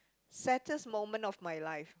saddest moment of my life